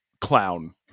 clown